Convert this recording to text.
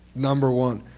number one.